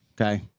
Okay